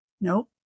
nope